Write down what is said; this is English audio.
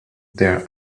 their